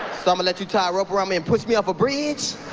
ah let you tie a rope around me and push me off a bridge?